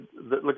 look